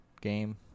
game